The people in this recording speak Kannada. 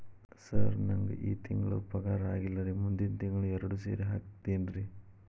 ಸರ್ ನಂಗ ಈ ತಿಂಗಳು ಪಗಾರ ಆಗಿಲ್ಲಾರಿ ಮುಂದಿನ ತಿಂಗಳು ಎರಡು ಸೇರಿ ಹಾಕತೇನ್ರಿ